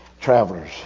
travelers